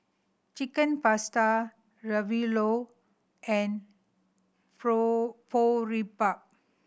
Chicken Pasta Ravioli and